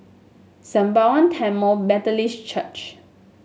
Sembawang Tamil Methodist Church